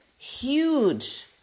huge